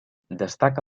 destaca